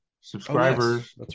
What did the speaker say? subscribers